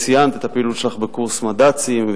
ציינת את הפעילות שלךְ בקורס מד"צים,